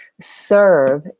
serve